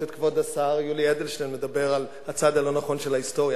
את כבוד השר יולי אדלשטיין מדבר על הצד הלא-נכון של ההיסטוריה,